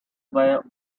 via